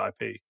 IP